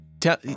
tell